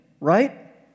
right